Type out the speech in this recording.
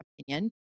opinion